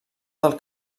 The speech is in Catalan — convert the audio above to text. del